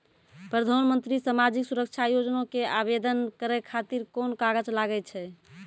प्रधानमंत्री समाजिक सुरक्षा योजना के आवेदन करै खातिर कोन कागज लागै छै?